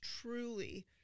truly